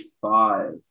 five